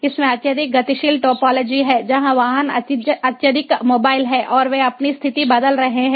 इसमें अत्यधिक गतिशील टोपोलॉजी है जहां वाहन अत्यधिक मोबाइल हैं और वे अपनी स्थिति बदल रहे हैं